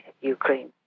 Ukraine